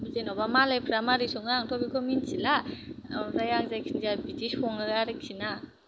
जेनावबा मालायफ्रा माब्रै सङो आंथ' बेखौ मिनथिला ओमफ्राय जायखि जाया आं बिदि सङो आर्खि ना